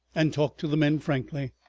and talked to the men frankly,